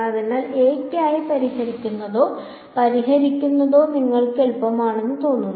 അതിനാൽ എയ്ക്കായി പരിഹരിക്കുന്നതോ പരിഹരിക്കുന്നതോ നിങ്ങൾക്ക് എളുപ്പമാണെന്ന് തോന്നുന്നു